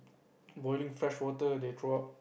borrowing fresh water they throw up